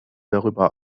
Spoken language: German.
darüber